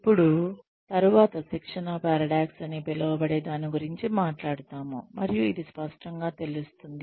ఇప్పుడు తరువాత శిక్షణ పారడాక్స్ అని పిలువబడే దాని గురించి మాట్లాడుతాము మరియు ఇది స్పష్టంగా తెలుస్తుంది